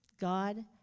God